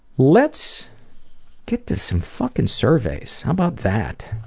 let's get to some fucking surveys. how about that?